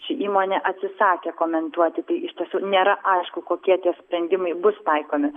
ši įmonė atsisakė komentuoti tai iš tiesų nėra aišku kokie tie sprendimai bus taikomi